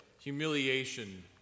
humiliation